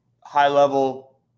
high-level –